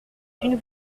une